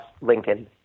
Lincoln